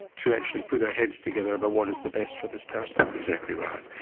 to actually put their heads together about what is the best for this person. exactly right.